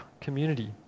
community